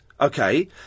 okay